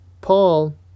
Paul